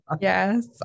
Yes